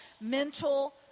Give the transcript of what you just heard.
mental